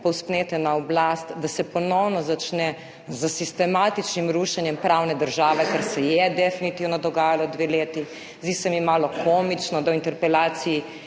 povzpnete na oblast, da se ponovno začne sistematično rušenje pravne države, kar se je definitivno dogajalo dve leti. Zdi se mi malo komično, da v interpelaciji